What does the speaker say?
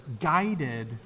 guided